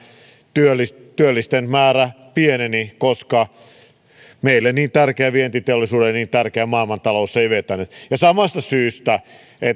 työllisten työllisten määrä pieneni koska meille niin tärkeä ja vientiteollisuudelle niin tärkeä maailmantalous ei vetänyt ja samasta syystä